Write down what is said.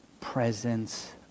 presence